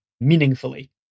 meaningfully